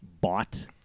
bought